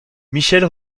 michele